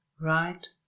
right